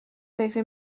فکری